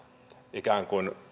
ikään kuin